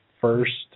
first